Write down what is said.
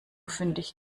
fündig